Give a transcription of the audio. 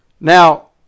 Now